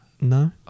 no